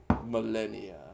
millennia